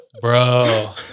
Bro